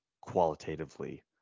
qualitatively